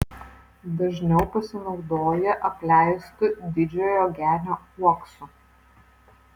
dažniau pasinaudoja apleistu didžiojo genio uoksu